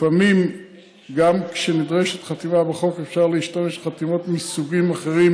לפעמים גם כשנדרשת חתימה בחוק אפשר להשתמש בחתימות מסוגים אחרים,